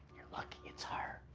lucky it's her.